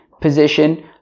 position